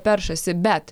peršasi bet